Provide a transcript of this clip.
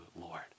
Lord